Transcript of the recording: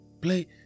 play